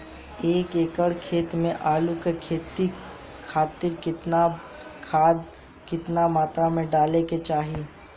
एक एकड़ खेत मे आलू के खेती खातिर केतना खाद केतना मात्रा मे डाले के चाही?